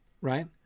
right